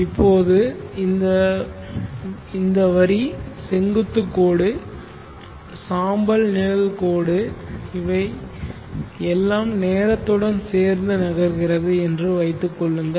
இப்போது இந்த வரி செங்குத்து கோடு சாம்பல் நிழல் கோடு இவை எல்லாம் நேரத்துடன் சேர்ந்து நகர்கிறது என்று வைத்துக் கொள்ளுங்கள்